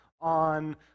on